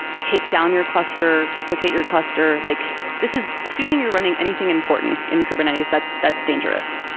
take down your cluster, replicate your cluster. like this is assuming you're running anything important in kubernetes that's that's dangerous.